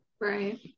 right